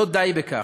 לא די בכך,